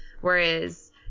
whereas